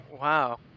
Wow